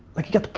like you got,